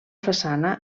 façana